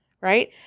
Right